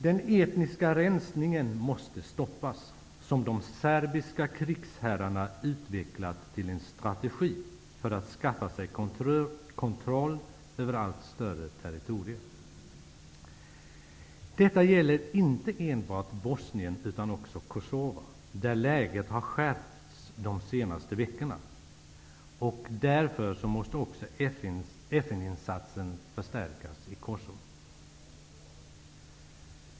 Den etniska rensningen måste stoppas, som de serbiska krigsherrarna utvecklat till en strategi för att skaffa sig kontroll över allt större territorier. Detta gäller inte enbart Bosnien utan också Kosova, där läget har skärpts de senaste veckorna. FN-insatsen där måste därför förstärkas.